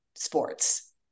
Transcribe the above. Sports